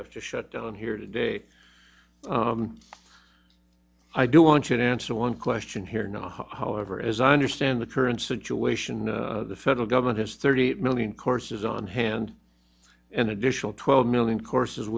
have to shut down here today i do want you to answer one question here not however as i understand the current situation the federal government has thirty eight million courses on hand and additional twelve million courses